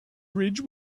bridge